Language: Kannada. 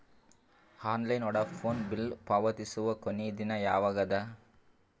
ಆನ್ಲೈನ್ ವೋಢಾಫೋನ ಬಿಲ್ ಪಾವತಿಸುವ ಕೊನಿ ದಿನ ಯವಾಗ ಅದ?